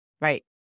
Right